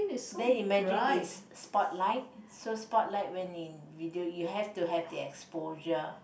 then imagine it's spotlight so spotlight when video you have to have the exposure